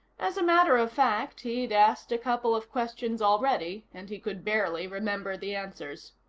as a matter of fact, he'd asked a couple of questions already, and he could barely remember the answers.